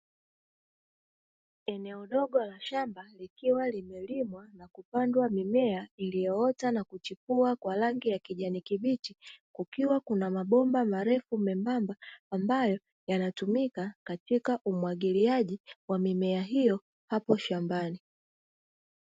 Eneo dogo la shamba, likiwa limelimwa na kupandwa mimea iliyoota na kuchipua kwa rangi ya kijani kibichi, kukiwa kuna mabomba marefu membamba, ambayo yanatumika katika umwagiliaji wa mimea hiyo hapo shambani.